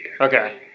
Okay